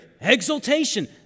exultation